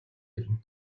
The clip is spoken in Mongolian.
ирнэ